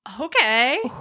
Okay